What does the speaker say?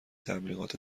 تبلیغات